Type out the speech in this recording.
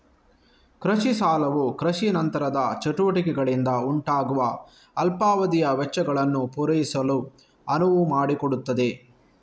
ಕೃಷಿ ಸಾಲವು ಕೃಷಿ ನಂತರದ ಚಟುವಟಿಕೆಗಳಿಂದ ಉಂಟಾಗುವ ಅಲ್ಪಾವಧಿಯ ವೆಚ್ಚಗಳನ್ನು ಪೂರೈಸಲು ಅನುವು ಮಾಡಿಕೊಡುತ್ತದೆ